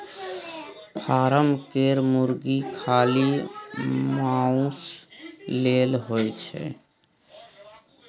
form केर मुरगी खाली माउस लेल होए छै